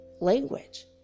language